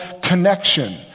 connection